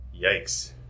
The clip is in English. yikes